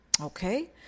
Okay